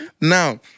Now